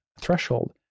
threshold